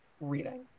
reading